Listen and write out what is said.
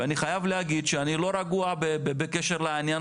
ואני חייב להגיד שאני לא רגוע בקשר לעניין